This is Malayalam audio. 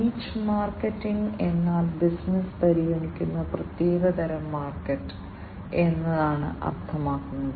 നിച്ച് മാർക്കറ്റ് എന്നാൽ ബിസിനസ്സ് പരിഗണിക്കുന്ന പ്രത്യേക തരം മാർക്കറ്റ് എന്നാണ് അർത്ഥമാക്കുന്നത്